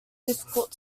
difficult